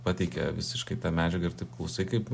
pateikė visiškai tą medžiagą ir taip klausai kaip